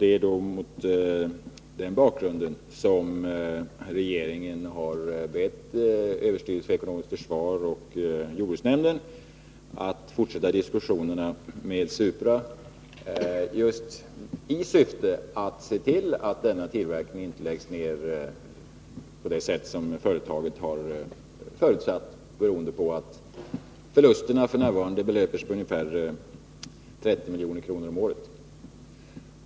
Det är mot den bakgrunden som regeringen har bett överstyrelsen för ekonomiskt försvar och jordbruksnämnden att fortsätta diskussionerna med Supra i syfte att se till att tillverkningen inte läggs ner på det sätt som företaget har förutsatt, beroende på att förlusterna f. n. belöper sig till ungefär 30 milj.kr. om året.